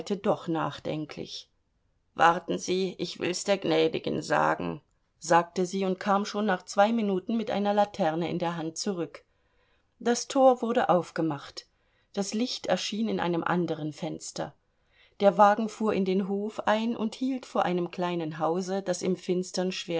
doch nachdenklich warten sie ich will's der gnädigen sagen sagte sie und kam schon nach zwei minuten mit einer laterne in der hand zurück das tor wurde aufgemacht das licht erschien in einem anderen fenster der wagen fuhr in den hof ein und hielt vor einem kleinen hause das im finstern